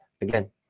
Again